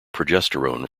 progesterone